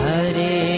Hare